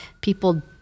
people